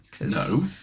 No